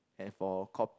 and for cof~